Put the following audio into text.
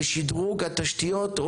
לשדרוג תשתיות,